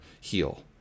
heal